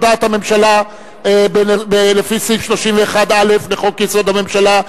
הודעת הממשלה לפי סעיף 31(א) לחוק-יסוד: הממשלה,